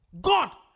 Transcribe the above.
God